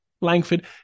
Langford